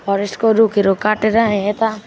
फरेस्टको रुखहरू काटेर यहाँ यता